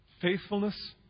faithfulness